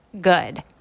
good